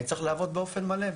אני צריך לעבוד באופן מלא,